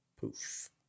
Poof